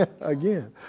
again